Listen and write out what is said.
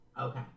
Okay